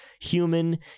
human